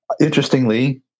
interestingly